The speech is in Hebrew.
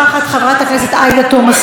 חברת הכנסת ענת ברקו,